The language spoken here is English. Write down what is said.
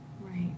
Right